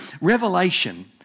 Revelation